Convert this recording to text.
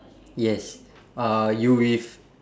yes uh you with